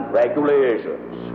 regulations